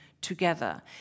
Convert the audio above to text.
together